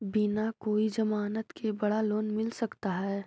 बिना कोई जमानत के बड़ा लोन मिल सकता है?